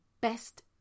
best